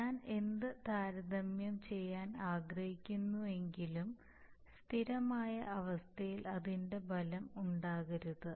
ഞാൻ എന്ത് താരതമ്യം ചെയ്യാൻ ആഗ്രഹിക്കുന്നുവെങ്കിലും സ്ഥിരമായ അവസ്ഥയിൽ അതിന്റെ ഫലം ഉണ്ടാകരുത്